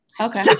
Okay